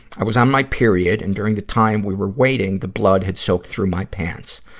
i was on my period, and during the time we were waiting, the blood had soaked through my pants.